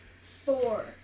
four